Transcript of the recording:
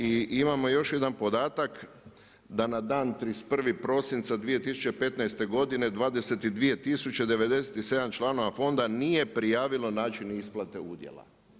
I imamo još jedan podatak da na dan 31. prosinca 2015. godine 22 tisuće 97 članova fonda nije prijavilo način isplate udjela.